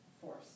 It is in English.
force